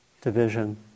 division